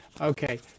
okay